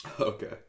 Okay